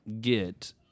get